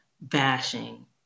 bashing